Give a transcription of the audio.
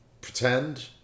pretend